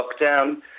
lockdown